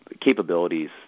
capabilities